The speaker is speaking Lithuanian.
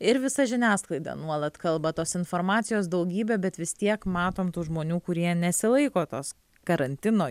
ir visa žiniasklaida nuolat kalba tos informacijos daugybė bet vis tiek matom tų žmonių kurie nesilaiko tos karantino